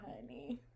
honey